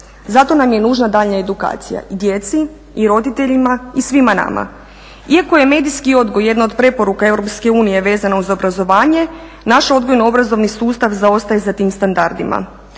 Zato nam je nužna daljnja edukacija i djeci i roditeljima i svima nama. Iako je medijski odgoj jedna od preporuka Europske unije vezano uz obrazovanje naš odgojno obrazovni sustav zaostaje za tim standardima.